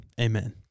amen